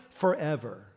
forever